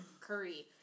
curry